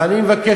ואני מבקש,